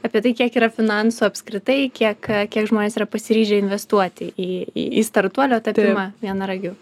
apie tai kiek yra finansų apskritai kiek kiek žmonės yra pasiryžę investuoti į į startuolio tapimą vienaragiu